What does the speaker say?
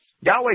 Yahweh